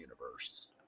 universe